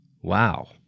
Wow